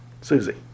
Susie